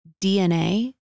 DNA